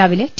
രാവിലെ ടി